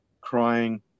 crying